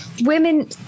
women